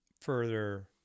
further